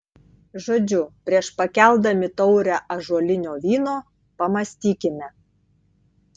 žodžiu prieš pakeldami taurę ąžuolinio vyno pamąstykime